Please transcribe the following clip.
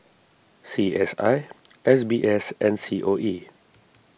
C S I S B S and C O E